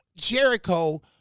Jericho